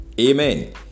Amen